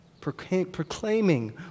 proclaiming